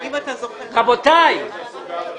אם אתה זוכר, ביקשת להעלות